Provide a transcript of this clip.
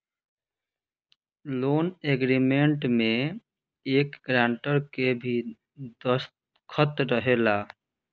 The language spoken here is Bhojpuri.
लोन एग्रीमेंट में एक ग्रांटर के भी दस्तख़त रहेला